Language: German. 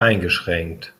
eingeschränkt